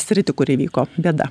sritį kur įvyko bėda